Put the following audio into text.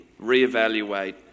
reevaluate